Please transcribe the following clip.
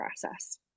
process